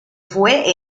fue